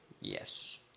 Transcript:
Yes